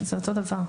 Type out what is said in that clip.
זה אותו הדבר.